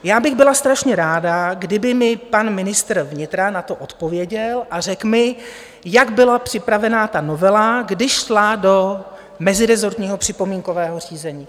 Já bych byla strašně ráda, kdyby mi pan ministr vnitra na to odpověděl a řekl mi, jak byla připravená ta novela, když šla do mezirezortního připomínkového řízení.